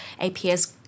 APS